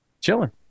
chilling